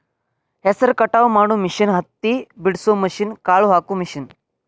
ಹೆಸರ ಕಟಾವ ಮಾಡು ಮಿಷನ್ ಹತ್ತಿ ಬಿಡಸು ಮಿಷನ್, ಕಾಳ ಹಾಕು ಮಿಷನ್